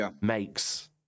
makes